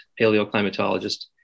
paleoclimatologist